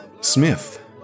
Smith